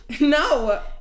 No